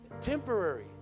temporary